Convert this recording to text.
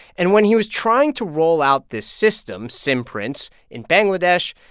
and when he was trying to roll out this system, simprints, in bangladesh,